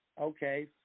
Okay